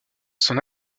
son